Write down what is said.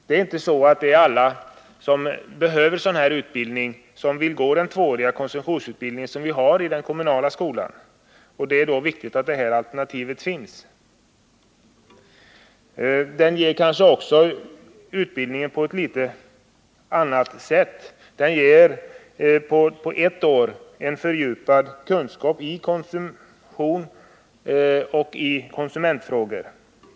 Det är inte så att alla som behöver en sådan här utbildning också vill genomgå den tvååriga konsumtionsutbildning som vi har i den kommunala skolan, och därför är det viktigt att det här alternativet finns. Utbildningen bedrivs där kanske också på ett litet annat sätt. Den ger på ett år en fördjupad kunskap i konsumtionsoch konsumentfrågor.